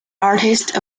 artist